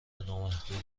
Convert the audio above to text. نامحدوده